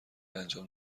انجام